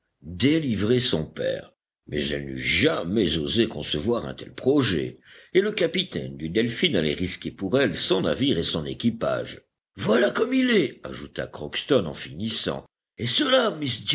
délivrer son père mais elle n'eût jamais osé concevoir un tel projet et le capitaine du delphin allait risquer pour elle son navire et son équipage voilà comme il est ajouta crockston en finissant et cela